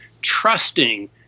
trusting